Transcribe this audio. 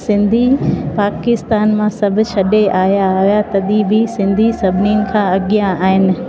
सिंधी पाकिस्तान मां सभु छॾे आया हुआ तॾहिं बि सिंधी सभिनिनि खां अॻियां आहिनि